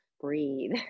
breathe